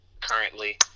currently